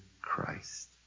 Christ